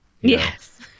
yes